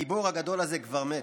הגיבור הזה כבר מת,